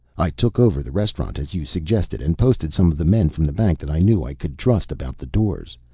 i took over the restaurant as you suggested, and posted some of the men from the bank that i knew i could trust about the doors.